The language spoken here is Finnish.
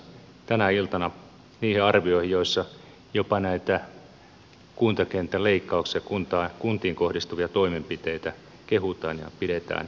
tänä iltana muun muassa niihin kollegojen arvioihin joissa jopa näitä kuntakentän leikkauksia kuntiin kohdistuvia toimenpiteitä kehutaan ja pidetään järkevinä